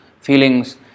feelings